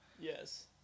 Yes